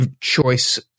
choice